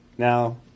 Now